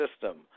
system